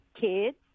kids